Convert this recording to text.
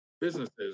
businesses